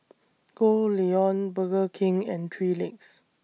Goldlion Burger King and three Legs